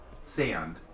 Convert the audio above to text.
Sand